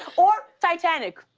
or titanic,